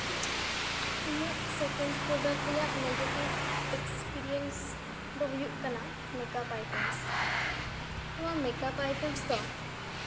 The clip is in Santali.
ᱤᱧ ᱟᱹᱜ ᱥᱮᱠᱮᱱᱰ ᱯᱨᱚᱰᱟᱠᱴ ᱨᱮᱭᱟᱜ ᱱᱮᱜᱮᱴᱤᱵᱷ ᱮᱠᱥᱯᱨᱤᱭᱮᱱᱥ ᱫᱚ ᱦᱩᱭᱩᱜ ᱠᱟᱱᱟ ᱢᱮᱠᱟᱯ ᱟᱭᱴᱮᱢᱥ ᱱᱚᱶᱟ ᱢᱮᱠᱟᱯ ᱟᱭᱴᱮᱢᱥ ᱫᱚ